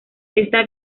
esta